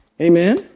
Amen